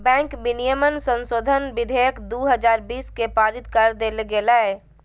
bank विनियमन संशोधन विधेयक दू हजार बीस के पारित कर देल गेलय